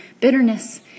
Bitterness